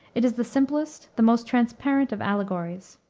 it is the simplest, the most transparent of allegories.